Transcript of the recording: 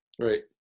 Right